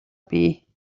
бий